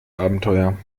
abenteuer